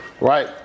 Right